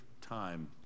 time